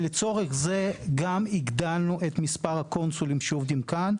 לצורך זה גם הגדלנו את מספר הקונסולים שעובדים כאן.